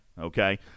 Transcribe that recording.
Okay